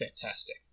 fantastic